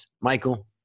Michael